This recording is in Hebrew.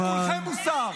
אני אטיף לכולכם מוסר.